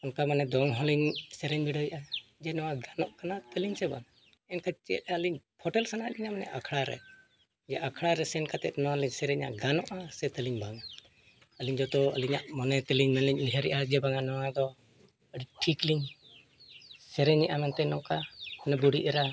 ᱚᱱᱠᱟ ᱢᱟᱱᱮ ᱫᱚᱝ ᱦᱚᱸ ᱞᱤᱧ ᱥᱮᱨᱮᱧ ᱵᱤᱰᱟᱹᱣᱮᱜᱼᱟ ᱡᱮ ᱱᱚᱣᱟ ᱠᱟᱱᱟ ᱛᱟᱹᱞᱤᱧ ᱥᱮ ᱵᱟᱝ ᱮᱱᱠᱷᱟᱱ ᱪᱮᱫ ᱟᱹᱞᱤᱧ ᱯᱷᱳᱴᱮᱞ ᱥᱟᱱᱟᱭᱮᱫ ᱞᱤᱧᱟ ᱟᱠᱷᱲᱟ ᱨᱮ ᱪᱮ ᱟᱠᱷᱲᱟ ᱨᱮ ᱥᱮᱱ ᱠᱟᱛᱮᱫ ᱱᱚᱣᱟ ᱞᱤᱧ ᱥᱮᱨᱮᱧᱟ ᱜᱟᱱᱚᱜᱼᱟ ᱥᱮ ᱛᱟᱹᱞᱤᱧ ᱵᱟᱝ ᱟᱹᱞᱤᱧ ᱡᱚᱛᱚ ᱟᱹᱞᱤᱧᱟᱜ ᱢᱚᱱᱮ ᱛᱮᱞᱤᱧ ᱢᱟᱹᱞᱤᱧ ᱩᱭᱦᱟᱹᱨᱮᱫᱟ ᱡᱮ ᱵᱟᱝᱟ ᱱᱚᱣᱟ ᱫᱚ ᱟᱹᱰᱤ ᱴᱷᱤᱠ ᱞᱤᱧ ᱥᱮᱨᱮᱧᱜᱼᱟ ᱢᱮᱱᱛᱮᱫ ᱱᱚᱝᱠᱟ ᱢᱟᱱᱮ ᱵᱩᱰᱷᱤ ᱮᱨᱟ